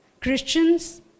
Christians